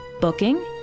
booking